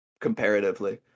comparatively